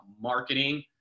marketing